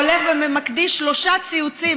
הולך ומקדיש שלושה ציוצים,